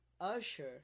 Usher